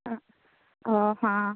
হ্যাঁ ও হ্যাঁ